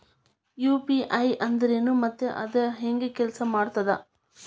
UPI ಅಂದ್ರೆನು ಮತ್ತ ಅದ ಹೆಂಗ ಕೆಲ್ಸ ಮಾಡ್ತದ